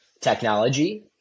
technology